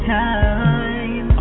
time